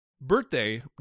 birthday